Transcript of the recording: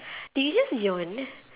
did you just yawn